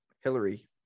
hillary